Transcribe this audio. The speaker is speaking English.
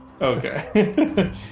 Okay